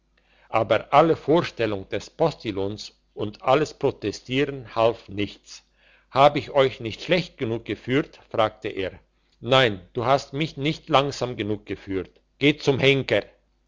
aber alle vorstellung des postillions und alles protestieren half nichts hab ich euch nicht schlecht genug geführt fragte er nein du hast mich nicht langsam genug geführt geh zum henker